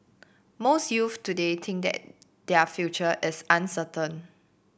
most youths today think that their future is uncertain